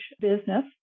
business